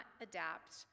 adapt